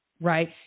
right